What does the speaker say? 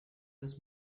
des